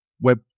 web